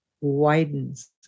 widens